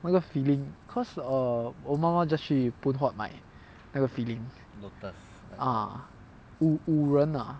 那个 filling because err 我妈妈 just 去 Phoon Huat 买那个 filling ah 五仁 ah